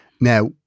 Now